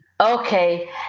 okay